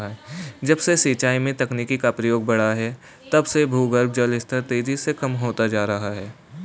जब से सिंचाई में तकनीकी का प्रयोग बड़ा है तब से भूगर्भ जल स्तर तेजी से कम होता जा रहा है